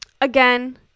again